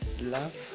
love